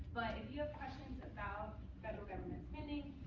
but if you have questions about federal government spending,